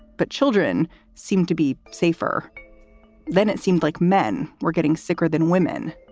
but children seemed to be safer than it seemed like men were getting sicker than women